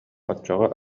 оччоҕо